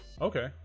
okay